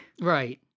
Right